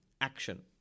action